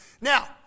Now